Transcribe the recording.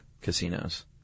casinos